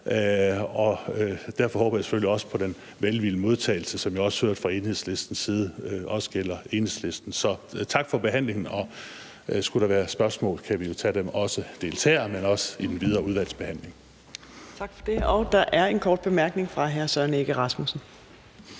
derfor håber jeg selvfølgelig også, at den velvillige modtagelse, som jeg også hørte fra Enhedslistens ordfører, også gælder Enhedslisten. Så tak for behandlingen, og skulle der være spørgsmål, kan vi jo tage dem bilateralt, men også i den videre udvalgsbehandling. Kl. 15:00 Fjerde næstformand (Trine Torp): Tak for det. Der er en kort bemærkning fra hr. Søren Egge Rasmussen.